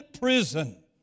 prison